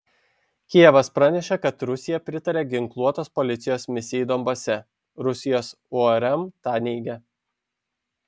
kijevas pranešė kad rusija pritarė ginkluotos policijos misijai donbase rusijos urm tą neigia